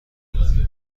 همدیگه